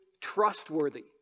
trustworthy